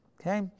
Okay